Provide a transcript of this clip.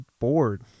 bored